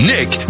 Nick